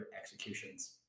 executions